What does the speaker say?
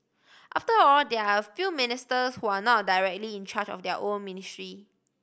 after all there are a few ministers who are not directly in charge of their own ministry